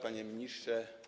Panie Ministrze!